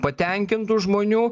patenkintų žmonių